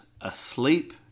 asleep